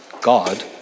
God